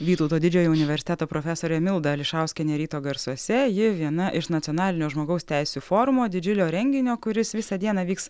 vytauto didžiojo universiteto profesorė milda ališauskienė ryto garsuose ji viena iš nacionalinio žmogaus teisių forumo didžiulio renginio kuris visą dieną vyks